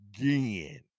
again